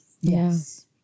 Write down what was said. Yes